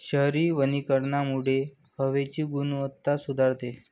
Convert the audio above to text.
शहरी वनीकरणामुळे हवेची गुणवत्ता सुधारते